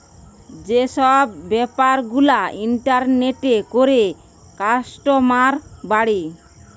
যে সব বেপার গুলা ইন্টারনেটে করে কাস্টমার বাড়ে